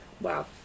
wow